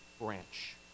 branch